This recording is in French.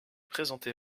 présenté